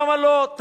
למה לא?